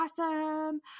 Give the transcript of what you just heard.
awesome